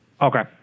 Okay